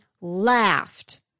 laughed